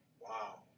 Wow